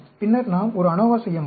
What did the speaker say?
பின்னர் நாம் ஒரு அனோவா செய்ய முடியும்